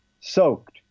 soaked